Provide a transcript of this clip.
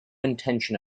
intention